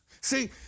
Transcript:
See